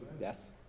yes